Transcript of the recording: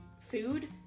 food